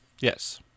Yes